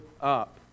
up